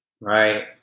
Right